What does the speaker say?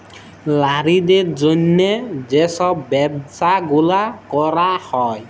লারিদের জ্যনহে যে ছব ব্যবছা গুলা ক্যরা হ্যয়